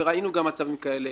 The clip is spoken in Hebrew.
וגם ראינו גם מצבים כאלה,